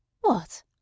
What